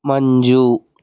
Manju